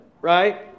right